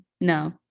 no